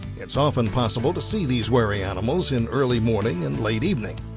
it's often possible to see these wary animals in early morning and late evening.